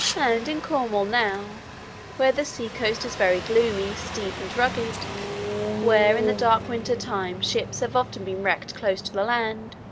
and in cornwall now where the sea-coast is very gloomy, steep, and rugged where, in the dark winter-time, ships have often been wrecked close to the land,